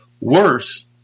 Worse